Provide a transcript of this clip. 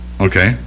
Okay